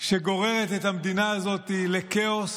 שגוררת את המדינה הזאת לכאוס,